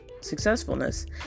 successfulness